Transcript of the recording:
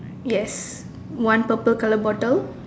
yes one purple colour bottle